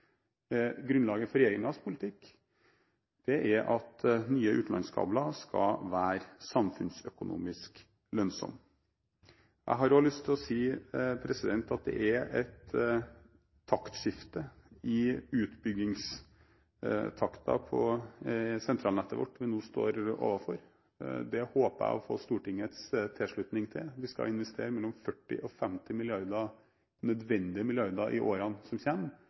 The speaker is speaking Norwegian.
Grunnlaget for regjeringens politikk er at nye utenlandskabler skal være samfunnsøkonomisk lønnsomme. Jeg har også lyst til å si at vi nå står overfor et taktskifte i utbyggingstakten på sentralnettet vårt. Det håper jeg å få Stortingets tilslutning til. Vi skal investere mellom 40 mrd. kr og 50 mrd. kr – nødvendige milliarder – i årene som